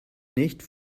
nicht